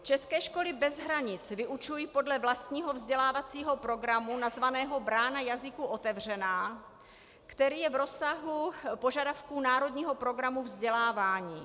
České školy bez hranic vyučují podle vlastního vzdělávacího programu nazvaného Brána jazyků otevřená, který je v rozsahu požadavků Národního programu vzdělávání.